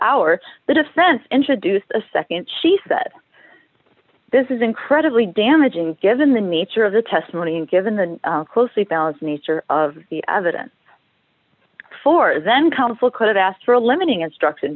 hour the defense introduced a nd she said this is incredibly damaging given the nature of the testimony and given the closely balanced nature of the evidence for then counsel could ask for a limiting instructed